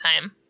time